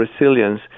Resilience